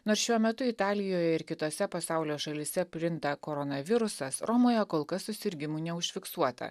nors šiuo metu italijoje ir kitose pasaulio šalyse plinta koronavirusas romoje kol kas susirgimų neužfiksuota